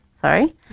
Sorry